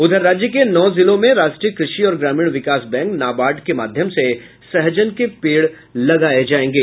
उधर राज्य के नौ जिलों में राष्ट्रीय कृषि और ग्रामीण विकास बैंक नाबार्ड के माध्यम से सहजन के पेड़ लगाये जायेंगे